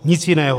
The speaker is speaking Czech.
Nic jiného!